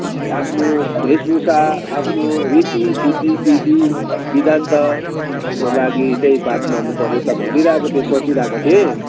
आफ्नो वेषभूषा आफ्नो रीतिथिति विधी विधान्तको लागि चाहिँ बात मार्नु पऱ्यो त भनिरहेको सोचिरहेको थिएँ